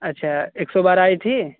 अच्छा एक सौ बारह आई थी